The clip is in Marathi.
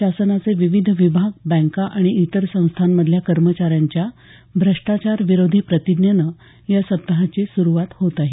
शासनाचे विविध विभाग बँका आणि इतर संस्थांमधल्या कर्मचाऱ्यांच्या भ्रष्टाचार विरोधी प्रतिज्ञेनं या सप्ताहाची सुरुवात होत आहे